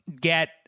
get